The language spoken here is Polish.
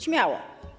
Śmiało.